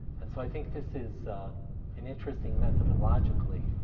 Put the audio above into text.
and so i think this is an interesting, methodologically,